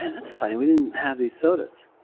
that's funny. we didn't have these sodas.